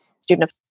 student